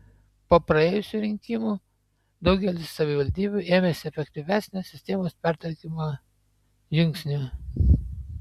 po praėjusių rinkimų daugelis savivaldybių ėmėsi efektyvesnio sistemos pertvarkymo žingsnių